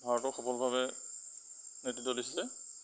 ভাৰতক সবলভাৱে নেতৃত্ব দিছিলে